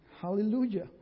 Hallelujah